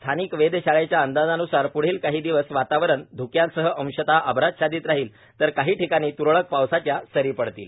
स्थानिक वेधशाळेच्या अंदाजान्सार प्वढील काही दिवस वातावरण ध्क्यासह अंशतः अभ्राच्छादीत राहील तर काही ठिकाणी त्रळक पाऊसाच्या सरी पडतील